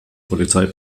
polizei